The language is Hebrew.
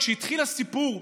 כשהתחיל הסיפור,